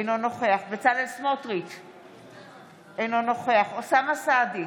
אינו נוכח בצלאל סמוטריץ' אינו נוכח אוסאמה סעדי,